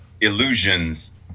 Illusions